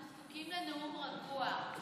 אנחנו זקוקים לנאום רגוע.